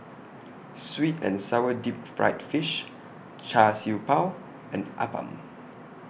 Sweet and Sour Deep Fried Fish Char Siew Bao and Appam